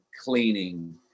cleaning